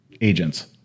agents